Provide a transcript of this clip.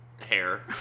Hair